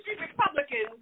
Republicans